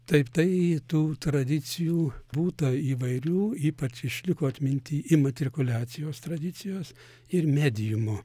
taip tai tų tradicijų būta įvairių ypač išliko atminty imatrikuliacijos tradicijos ir mediumo